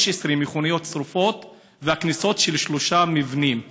מכוניות שרופות וכניסות של שלושה מבנים.